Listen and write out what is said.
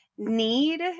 need